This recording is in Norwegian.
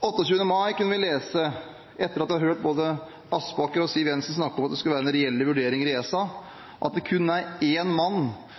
Den 28. mai kunne vi lese – etter å ha hørt både Elisabeth Aspaker og Siv Jensen snakke om at det skulle være reelle vurderinger i ESA – at det kun er én mann